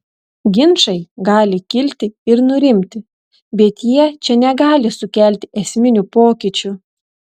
ginčai gali kilti ir nurimti bet jie čia negali sukelti esminių pokyčių